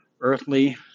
earthly